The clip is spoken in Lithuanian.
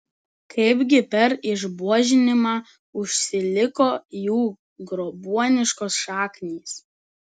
kaipgi per išbuožinimą užsiliko jų grobuoniškos šaknys